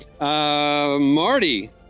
Marty